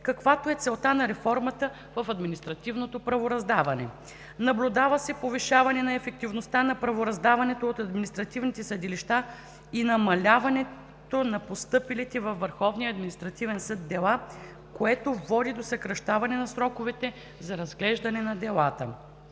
каквато е целта на реформата в административното правораздаване. Наблюдава се повишаване на ефективността на правораздаването от административните съдилища и намаляване на постъпилите във Върховния административен съд дела, което води до съкращаване на сроковете за разглеждане на делата.